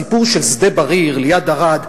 בסיפור של שדה-בריר ליד ערד,